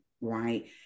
right